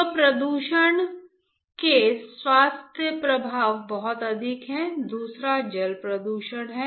तो प्रदूषण के स्वास्थ्य प्रभाव बहुत अधिक है दूसरा जल प्रदूषण है